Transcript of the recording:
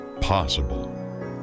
possible